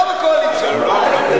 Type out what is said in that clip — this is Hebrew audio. אתה מפריע לי.